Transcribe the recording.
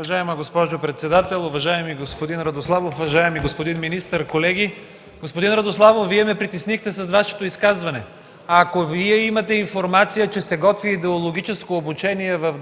Уважаема госпожо председател, уважаеми господин Радославов, уважаеми господин министър, колеги! Господин Радославов, Вие ме притеснихте с Вашето изказване. Ако имате информация, че се готви идеологическо обучение в